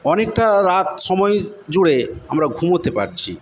অনেকটা রাত সময় জুড়ে আমরা ঘুমাতে পারছি